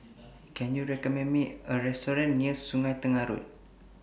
Can YOU recommend Me A Restaurant near Sungei Tengah Road